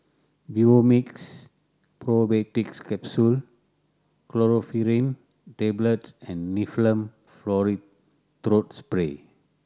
Vivomixx Probiotics Capsule Chlorpheniramine Tablets and Difflam Forte Throat Spray